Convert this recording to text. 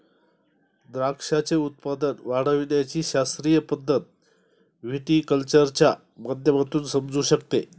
द्राक्षाचे उत्पादन वाढविण्याची शास्त्रीय पद्धत व्हिटीकल्चरच्या माध्यमातून समजू शकते